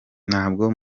ntabwo